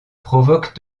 provoque